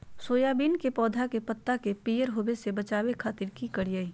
Soybean के पौधा के पत्ता के पियर होबे से बचावे खातिर की करिअई?